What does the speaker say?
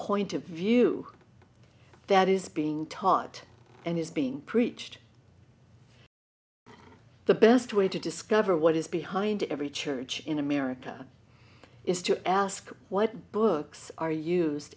point of view that is being taught and is being preached the best way to discover what is behind every church in america is to ask what books are used